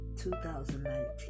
2019